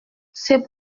c’est